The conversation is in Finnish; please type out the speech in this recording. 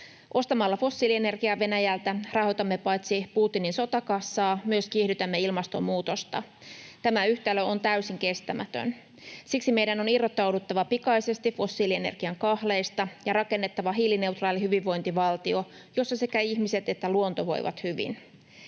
Ostamalla fossiilienergiaa Venäjältä paitsi rahoitamme Putinin sotakassaa myös kiihdytämme ilmastonmuutosta — tämä yhtälö on täysin kestämätön. Siksi meidän on irrottauduttava pikaisesti fossiilienergian kahleista ja rakennettava hiilineutraali hyvinvointivaltio, jossa sekä ihmiset että luonto voivat hyvin.